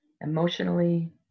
emotionally